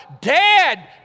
Dead